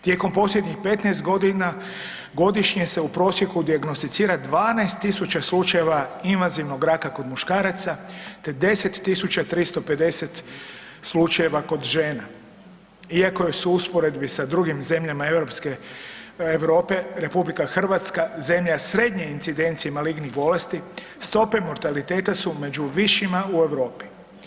Tijekom posljednjih 15 godina godišnje se u prosjeku dijagnosticira 12.000 slučajeva invazivnog raka kod muškaraca te 10.350 slučajeva kod žena, iako u usporedbi s drugim zemljama Europe RH je zemlja srednje incidencije malignih bolesti, stope mortaliteta su među višima u Europi.